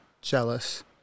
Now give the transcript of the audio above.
jealous